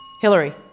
Hillary